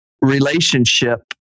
relationship